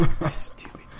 Stupid